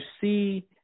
see